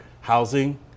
housing